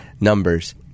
numbers